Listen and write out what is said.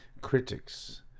critics